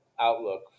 outlook